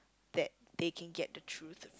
that they can get the truth